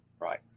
Right